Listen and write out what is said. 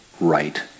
right